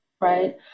right